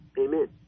Amen